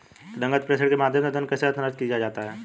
नकद प्रेषण के माध्यम से धन कैसे स्थानांतरित किया जाता है?